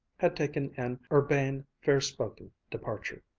had taken an urbane, fair-spoken departure.